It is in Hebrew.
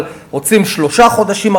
אבל רוצים שלושה חודשים,